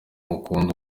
gukunda